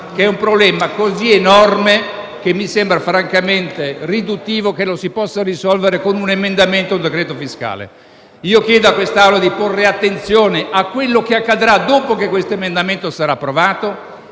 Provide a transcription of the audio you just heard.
è un problema così enorme che mi sembra francamente riduttivo che lo si possa risolvere con un emendamento al decreto fiscale. Chiedo a quest'Assemblea di porre attenzione a quello che accadrà dopo che questo emendamento sarà stato